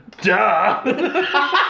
Duh